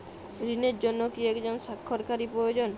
ঋণের জন্য কি একজন স্বাক্ষরকারী প্রয়োজন?